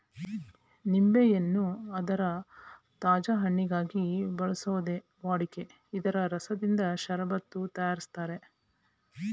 ನಿಂಬೆಯನ್ನು ಅದರ ತಾಜಾ ಹಣ್ಣಿಗಾಗಿ ಬೆಳೆಸೋದೇ ವಾಡಿಕೆ ಇದ್ರ ರಸದಿಂದ ಷರಬತ್ತು ತಯಾರಿಸ್ತಾರೆ